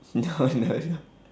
no no no